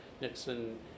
Nixon